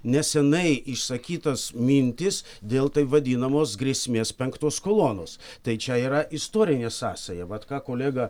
neseniai išsakytas mintis dėl taip vadinamos grėsmės penktos kolonos tai čia yra istorinė sąsaja vat ką kolega